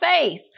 faith